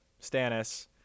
Stannis